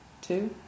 two